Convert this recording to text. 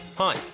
Hi